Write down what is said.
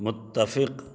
متفق